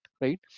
right